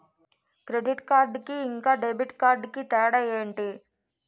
Credit card కి ఇంకా debit card కి తేడా ఏంటి?